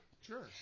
Sure